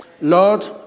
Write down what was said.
Lord